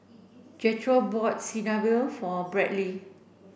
Jethro bought Chigenabe for Bradley